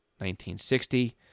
1960